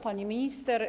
Pani Minister!